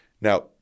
Now